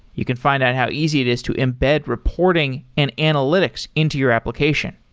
you can find out how easy it is to embed reporting and analytics into your application.